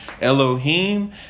Elohim